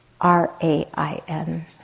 R-A-I-N